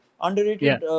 Underrated